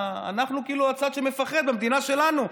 אנחנו כאילו הצד שמפחד במדינה שלנו.